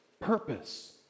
purpose